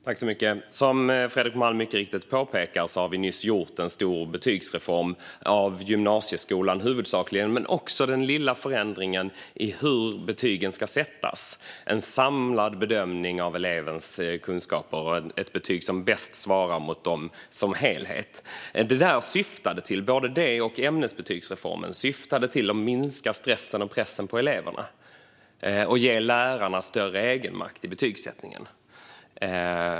Herr talman! Som Fredrik Malm mycket riktigt påpekar har vi nyss gjort en stor betygsreform i fråga om gymnasieskolan, huvudsakligen. Men det handlar också om den lilla förändringen i hur betygen ska sättas - en samlad bedömning av elevens kunskaper och ett betyg som bäst svarar mot dem som helhet. Både det och ämnesbetygsreformen syftade till att minska stressen och pressen på eleverna och att ge lärarna större egenmakt i betygsättningen.